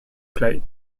played